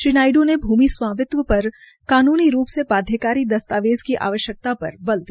श्री नायड् ने भूमि स्वामित्व पर कानूनी रूप् से बाध्यकारों दसतावेज़ की आवश्यकता पर बल दिया